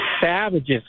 Savages